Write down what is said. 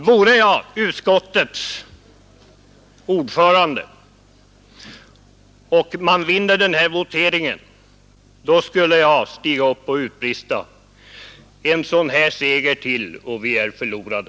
Vore jag utskottets ordförande, och utskottet vann voteringen, skulle jag stiga upp och utbrista: En sådan här seger till, och vi är förlorade!